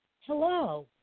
hello